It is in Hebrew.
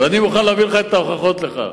אני מוכן להביא לך את ההוכחות לכך.